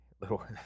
little